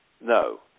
No